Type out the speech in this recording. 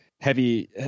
heavy